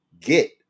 get